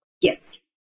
Yes